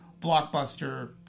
blockbuster